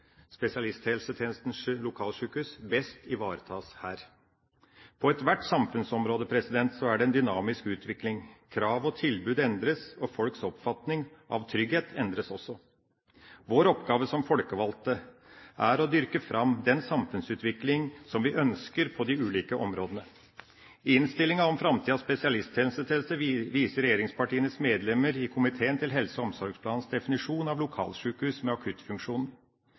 spesialisthelsetjenestens lokalsjukehus, best ivaretas her. På ethvert samfunnsområde er det en dynamisk utvikling. Krav og tilbud endres, og folks oppfatning av trygghet endres også. Vår oppgave som folkevalgte er å dyrke fram den samfunnsutvikling som vi ønsker på de ulike områdene. I innstillinga om framtidas spesialisthelsetjeneste viser regjeringspartienes medlemmer i komiteen til helse- og omsorgsplanens definisjon av lokalsjukehus med akuttfunksjon.